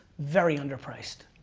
very under priced,